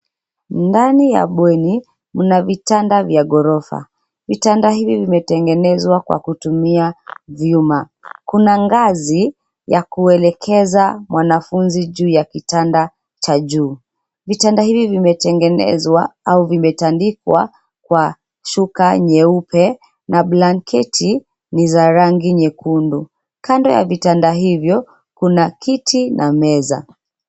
Ndani ya bweni, mna vitanda vya gorofa. Vitanda hivi vimetengenezwa kwa kutumia vyuma. Kuna ngazi ya kuelekeza mwanafunzi juu ya kitanda cha juu. Vitanda hivi vimetengenezwa au vimetandikwa kwa shuka nyeupe na blanketi ni za rangi nyekundu. Kando ya vitanda hivyo kuna kiti na meza.